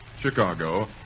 Chicago